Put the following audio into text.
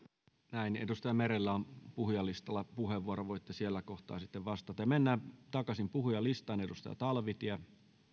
edustaja merellä on puhujalistalla puheenvuoro voitte sillä kohtaa sitten vastata mennään takaisin puhujalistaan edustaja talvitie